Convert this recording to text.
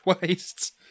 wastes